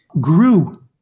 grew